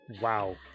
Wow